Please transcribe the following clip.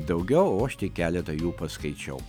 daugiau o aš tik keletą jų paskaičiau